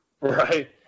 Right